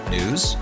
news